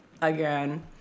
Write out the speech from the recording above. again